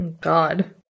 God